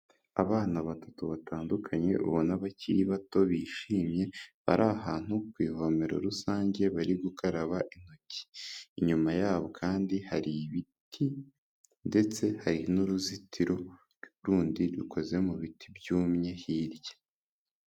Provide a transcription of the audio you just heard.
Abana batatu batandukanye ubona bakiri bato bishimye bari ahantu ku ivomero rusange bari gukaraba intoki, inyuma yabo kandi hari ibiti ndetse hari n'uruzitiro rundi rukoze mu biti byumye hirya.